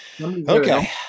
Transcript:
Okay